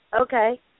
Okay